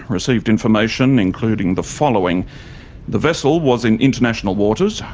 received information including the following the vessel was in international waters,